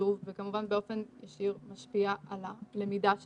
חשוב וכמובן באופן ישיר משפיע על הלמידה שלנו.